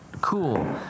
Cool